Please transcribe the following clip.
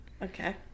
Okay